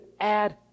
add